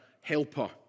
helper